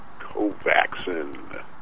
Covaxin